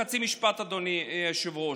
חצי משפט, אדוני היושב-ראש.